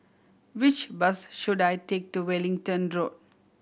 which bus should I take to Wellington Road